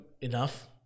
enough